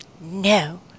No